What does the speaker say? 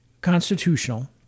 constitutional